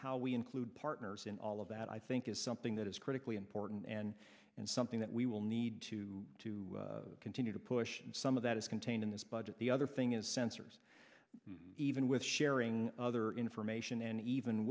how we include partners in all of that i think is something that is critically important and and something that we will need to to continue to push and some of that is contained in this budget the other thing is sensors even with sharing other information and even